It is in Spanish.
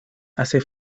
hace